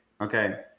okay